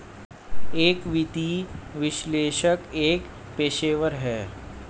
एक वित्तीय विश्लेषक एक पेशेवर है